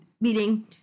meaning